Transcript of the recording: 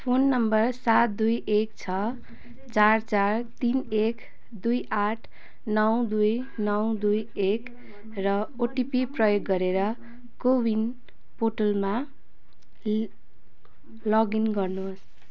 phone number सात दुई एक छ चार चार तिन एक दुई आठ नौ दुई नौ दुई एक र ओटिपी प्रयोग गरेर को विन पोर्टलमा लगइन गर्नुहोस्